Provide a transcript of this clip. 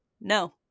no